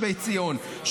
שבי ציון,